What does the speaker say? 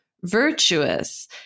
virtuous